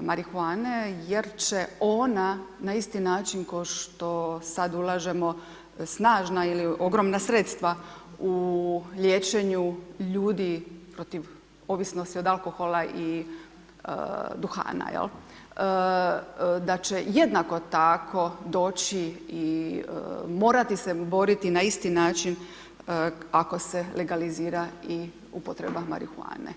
marihuane jer će ona na isti način kao što sad ulažemo, snažna ili ogromna sredstva u liječenju ljudi protiv ovisnosti od alkohola i duhana, jel', da će jednako tako doći i morati se boriti na isti način ako se legalizira i upotreba marihuane.